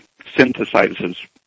synthesizes